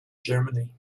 germany